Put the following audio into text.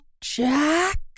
Jack